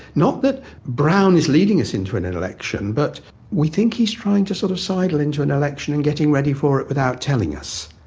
not that brown is leading us into an election, but we think he's trying to sort of sidle into an election and getting ready for it without telling us.